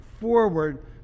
forward